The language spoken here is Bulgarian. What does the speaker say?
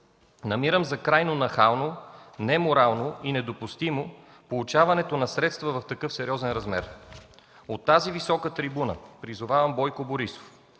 Намирам за крайно нахално, неморално и недопустимо получаването на средства в такъв сериозен размер. От тази висока трибуна призовавам Бойко Борисов